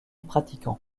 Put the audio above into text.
pratiquants